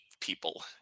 people